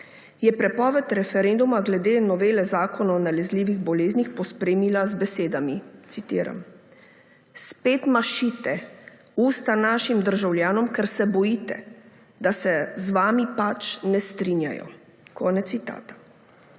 je prepoved referenduma glede novele Zakona o nalezljivih bolezni pospremila z besedami, citiram: »Spet mašite usta našim državljanom, ker se bojite, da se z vami pač ne strinjajo.« Konec citata.